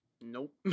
Nope